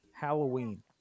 Halloween